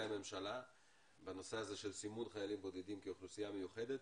הממשלה בנושא הזה של סימון חיילים בודדים כאוכלוסייה מיוחדת.